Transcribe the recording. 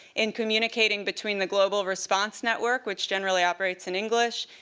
in communicating between the global response network, which generally operates in english,